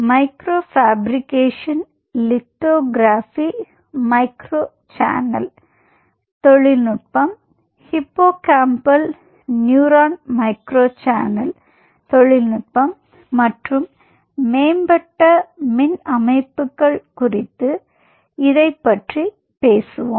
micro fabrication lithography micro channel தொழில்நுட்பம் hippocampal neuron micro channel தொழில்நுட்பம் மற்றும் மேம்பட்ட மின் அமைப்புகள் குறித்து இதைப் பற்றி பேசுவோம்